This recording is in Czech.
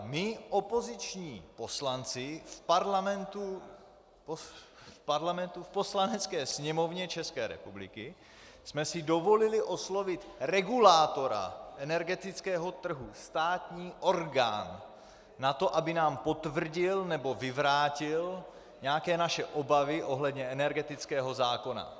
My, opoziční poslanci, v parlamentu, v Poslanecké sněmovně České republiky, jsme si dovolili oslovit regulátora energetického trhu, státní orgán, na to, aby nám potvrdil nebo vyvrátil nějaké naše obavy ohledně energetického zákona.